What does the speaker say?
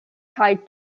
kaj